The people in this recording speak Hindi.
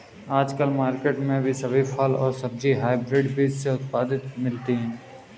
आजकल मार्केट में सभी फल और सब्जी हायब्रिड बीज से उत्पादित ही मिलती है